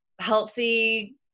healthy